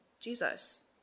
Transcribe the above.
Jesus